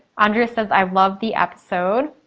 andrea says i love the episode.